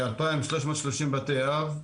אלפיים שלוש מאות ושלושים בתי אב.